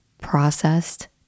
processed